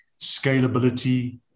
scalability